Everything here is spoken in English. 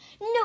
No